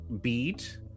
beat